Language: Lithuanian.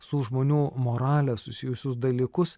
su žmonių morale susijusius dalykus